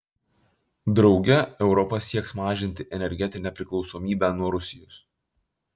drauge europa sieks mažinti energetinę priklausomybę nuo rusijos